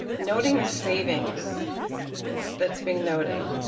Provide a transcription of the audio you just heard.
noting the savings that's been noted,